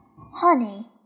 Honey